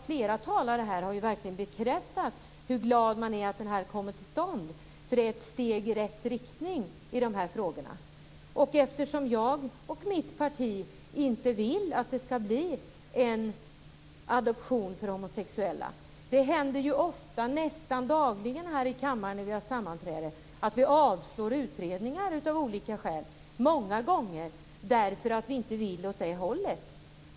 Flera talare här har bekräftat glädjen över att en utredning kommer till stånd, vilket är ett steg i rätt riktning i de här frågorna, men jag och mitt parti vill inte ha adoption för homosexuella. Nästan dagligen i denna kammare händer det ju att vi av olika skäl avslår förslag om utredningar; många gånger därför att vi inte vill åt det hållet.